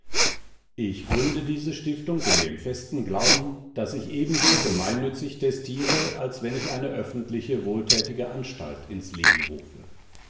ich gründe diese stiftung in dem festen glauben daß ich ebenso gemeinnützig testiere als wenn ich eine öffentliche wohlthätige anstalt ins leben rufe